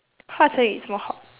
hua chen yu is more hot